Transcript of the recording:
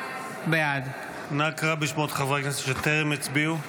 בעד נא קרא בשמות חברי הכנסת שטרם הצביעו.